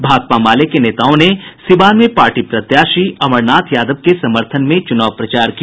भाकपा माले के नेताओं ने सीवान में पार्टी प्रत्याशी अमरनाथ यादव के समर्थन में चुनाव प्रचार किया